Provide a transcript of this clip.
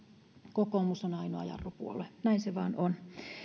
kokoomus on ainoa jarrupuolue näin se vain on